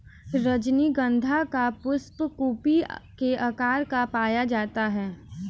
रजनीगंधा का पुष्प कुपी के आकार का पाया जाता है